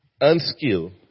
unskilled